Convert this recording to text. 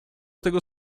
tego